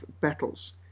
battles